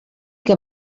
que